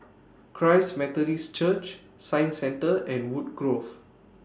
Christ Methodist Church Science Centre and Woodgrove